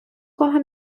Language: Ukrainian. кого